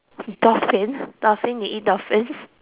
dolphin dolphin you eat dolphins